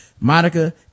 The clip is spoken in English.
Monica